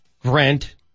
Grant